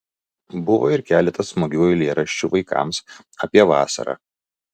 buvo ir keletas smagių eilėraščių vaikams apie vasarą